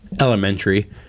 elementary